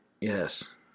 yes